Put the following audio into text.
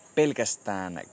pelkästään